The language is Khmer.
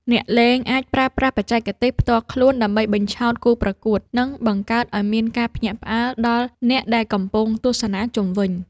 អ្នកលេងអាចប្រើប្រាស់បច្ចេកទេសផ្ទាល់ខ្លួនដើម្បីបញ្ឆោតគូប្រកួត និងបង្កើតឱ្យមានការភ្ញាក់ផ្អើលដល់អ្នកដែលកំពុងទស្សនាជុំវិញ។